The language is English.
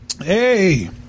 Hey